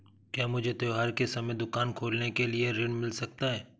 क्या मुझे त्योहार के समय दुकान खोलने के लिए ऋण मिल सकता है?